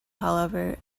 however